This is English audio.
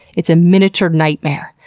it's a miniature nightmare.